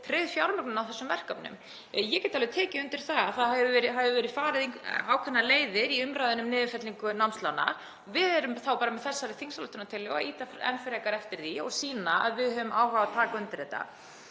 fjármögnun á þessum verkefnum. Ég get alveg tekið undir að það hefur verið farið í ákveðnar leiðir í umræðunni um niðurfellingu námslána. Við erum þá bara með þessari þingsályktunartillögu að ýta enn frekar eftir því og sýna að við höfum áhuga á að taka undir þetta.